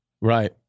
right